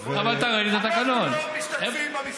אפשר בבקשה